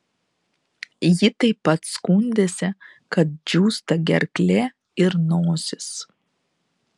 ji taip pat skundėsi kad džiūsta gerklė ir nosis